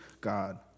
God